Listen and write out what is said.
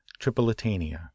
Tripolitania